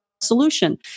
solution